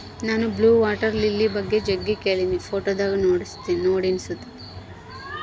ನಾನು blue water lily ಬಗ್ಗೆ ಜಗ್ಗಿ ಕೇಳಿನಿ, ಫೋಟೋದಾಗ ನೋಡಿನಿ ಸುತ